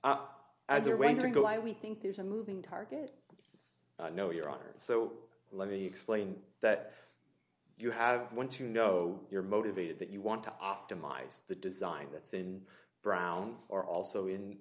go i we think there's a moving target no your honor so let me explain that you have once you know you're motivated that you want to optimize the design that's in brown or also